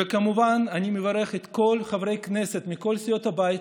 וכמובן שאני מברך את כל חברי הכנסת מכל סיעות הבית